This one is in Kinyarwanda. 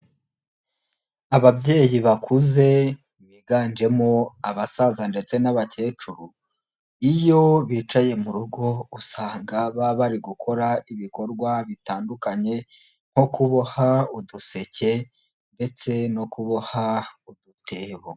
Ababyeyi bakuze biganjemo abasaza ndetse n'abakecuru, iyo bicaye mu rugo usanga bari gukora ibikorwa bitandukanye nko kuboha uduseke ndetse no kuboha udutebo.